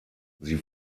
sie